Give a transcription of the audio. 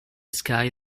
sky